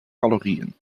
calorieën